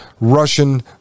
russian